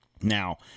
now